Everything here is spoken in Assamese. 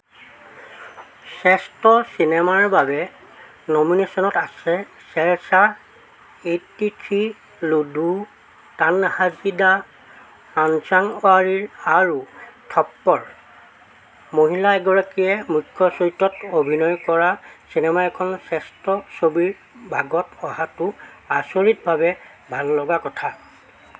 শ্ৰেষ্ঠ চিনেমাৰ বাবে নমিনেশ্যনত আছে Shershaah eighty three Ludo Tanhaji the unsung warrior আৰু থপ্পড় মহিলা এগৰাকীয়ে মুখ্য চৰিত্ৰত অভিনয় কৰা চিনেমা এখন শ্ৰেষ্ঠ ছবিৰ ভাগত অহাটো আচৰিতভাৱে ভাললগা কথা